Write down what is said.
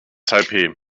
taipeh